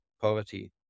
poverty